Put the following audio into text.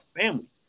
family